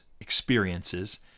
experiences